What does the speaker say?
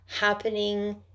happening